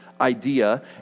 idea